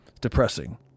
depressing